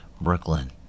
Brooklyn